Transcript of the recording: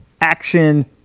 action